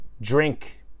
drink